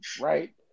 Right